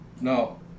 No